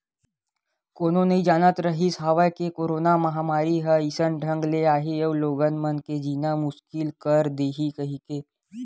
कोनो नइ जानत रिहिस हवय के करोना महामारी ह अइसन ढंग ले आही अउ लोगन मन के जीना मुसकिल कर दिही कहिके